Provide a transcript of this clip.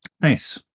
Nice